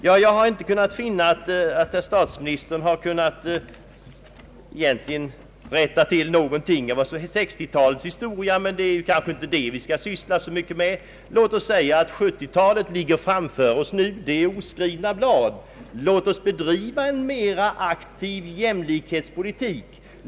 Jag har inte kunnat finna att statsministern rättat till någonting av vad jag sagt om 1960-talets ekonomiska utveckling, men det är kanske inte den vi skall syssla så mycket med. 1970 talet ligger framför oss och utgör oskrivna blad. Låt oss bedriva en mera aktiv jämlikhetspolitik.